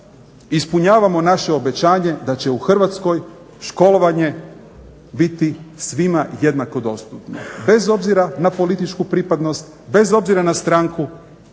ispunjavamo naše obećanje da će u Hrvatskoj školovanje biti svima jednako dostupno bez obzira na političku pripadnost, bez obzira na stranku,